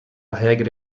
regra